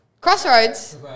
Crossroads